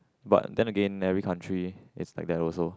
but then again every country is like that also